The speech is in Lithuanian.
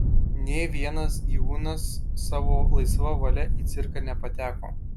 nė vienas gyvūnas savo laisva valia į cirką nepateko